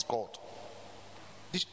God